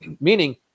Meaning